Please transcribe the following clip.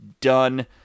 done